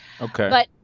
Okay